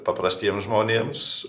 paprastiems žmonėms